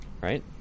right